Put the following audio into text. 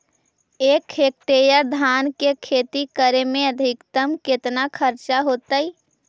एक हेक्टेयर धान के खेती करे में अधिकतम केतना खर्चा होतइ?